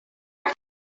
some